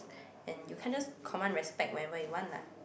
and you can't just command respect whenever you want lah